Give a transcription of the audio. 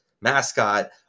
mascot